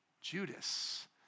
Judas